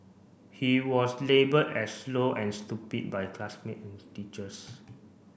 he was labelled as slow and stupid by classmate and teachers